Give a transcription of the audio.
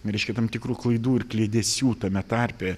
reiškia tam tikrų klaidų ir kliedesių tame tarpe